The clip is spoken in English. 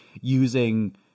using